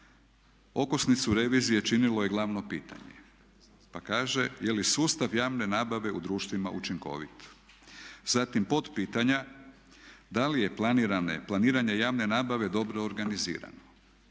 okosnicu revizije činilo je glavno pitanja. Pa kaže je li sustav javne nabave u društvima učinkovit. Zatim potpitanja da li je planiranje javne nabave dobro organizirano.